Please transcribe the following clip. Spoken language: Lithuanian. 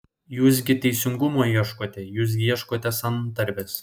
jūs gi teisingumo ieškote jūs gi ieškote santarvės